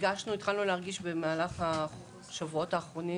התחלנו להרגיש במהלך השבועות האחרונים